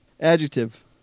Adjective